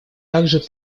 также